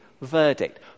verdict